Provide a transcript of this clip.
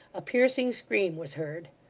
a piercing scream was heard.